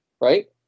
Right